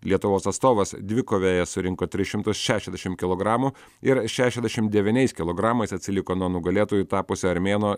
lietuvos atstovas dvikovėje surinko tris šimtus šešiasdešim kilogramų ir šešiasdešim devyniais kilogramais atsiliko nuo nugalėtoju tapusio armėno